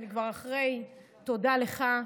אני כבר אחרי: תודה לך,